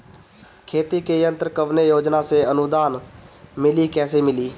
खेती के यंत्र कवने योजना से अनुदान मिली कैसे मिली?